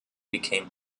became